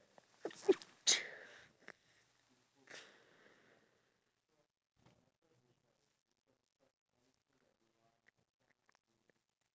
you have an activity for you to do and then from the activity you have something by your side you know then the conversation will